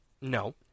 No